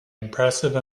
impressive